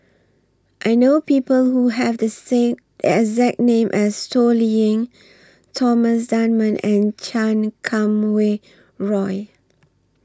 I know People Who Have The exact name as Toh Liying Thomas Dunman and Chan Kum Wah Roy